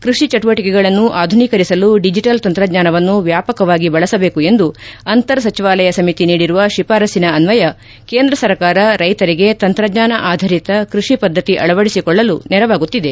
ಕೃಷಿ ಚಟುವಟಿಕೆಗಳನ್ನು ಆಧುನೀಕರಿಸಲು ಡಿಜೆಟಲ್ ತಂತ್ರಜ್ಞಾನವನ್ನು ವ್ಯಾಪಕವಾಗಿ ಬಳಸಬೇಕು ಎಂದು ಅಂತರ್ ಸಚಿವಾಲಯ ಸಮಿತಿ ನೀಡಿರುವ ಶಿಫಾರಸ್ಸಿನ ಅನ್ನಯ ಕೇಂದ್ರ ಸರ್ಕಾರ ರೈತರಿಗೆ ತಂತ್ರಜ್ಞಾನ ಆಧರಿತ ಕೃಷಿ ಪದ್ದತಿ ಅಳವಡಿಸಿಕೊಳ್ಳಲು ನೆರವಾಗುತ್ತಿದೆ